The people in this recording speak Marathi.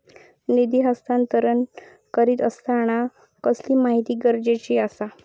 निधी हस्तांतरण करीत आसताना कसली माहिती गरजेची आसा?